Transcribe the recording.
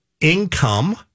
income